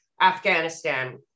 Afghanistan